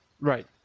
Right